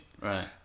Right